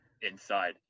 inside